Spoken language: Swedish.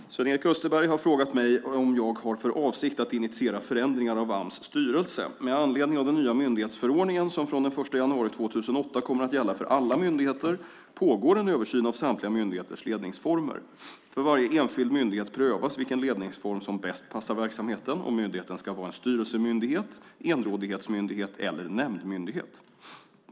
Herr talman! Sven-Erik Österberg har frågat mig om jag har för avsikt att initiera förändringar av Ams styrelse. Med anledning av den nya myndighetsförordningen, som från den 1 januari 2008 kommer att gälla för alla myndigheter, pågår en översyn av samtliga myndigheters ledningsformer. För varje enskild myndighet prövas vilken ledningsform som bäst passar verksamheten, om myndigheten ska vara en styrelsemyndighet, enrådighetsmyndighet eller nämndmyndighet.